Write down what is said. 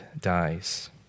dies